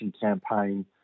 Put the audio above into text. campaign